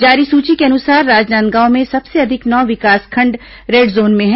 जारी सूची के अनुसार राजनांदगांव में सबसे अधिक नौ विकासखंड रेड जोन में है